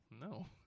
No